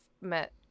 met